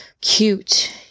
cute